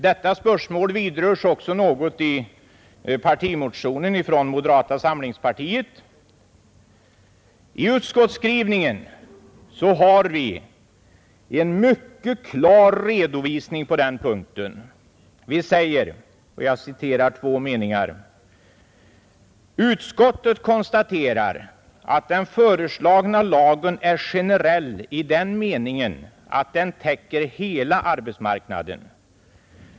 Detta vidröres också i partimotionen från moderata samlingspartiet. I utskottsskrivningen har vi en mycket klar redovisning på den punkten. Vi säger: ”Utskottet konstaterar att den föreslagna lagen är generell i den meningen att den täcker hela arbetsmarknaden.